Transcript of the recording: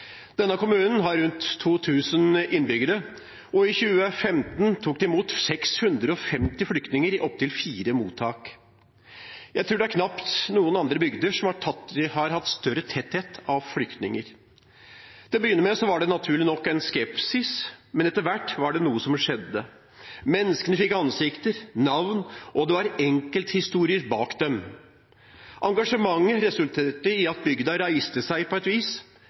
Denne kommunen har rundt 2 000 innbyggere, og i 2015 tok de imot 650 flyktninger i opptil fire mottak. Jeg tror det knapt er noen andre bygder som har hatt større tetthet av flyktninger. Til å begynne med var det naturlig nok en skepsis, men etter hvert var det noe som skjedde. Menneskene fikk ansikter og navn, og det var enkelthistorier bak dem. Engasjementet resulterte i at bygda reiste seg på et vis